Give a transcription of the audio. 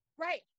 right